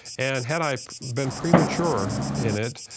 and had i been premature in it,